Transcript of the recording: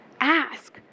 Ask